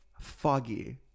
Foggy